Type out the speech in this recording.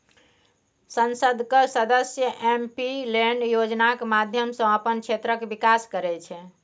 संसदक सदस्य MP LAD योजनाक माध्यमसँ अपन क्षेत्रक बिकास करय छै